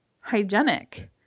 hygienic